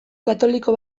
katoliko